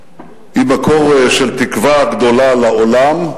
היא מקור של תקווה גדולה לעולם,